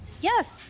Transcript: Yes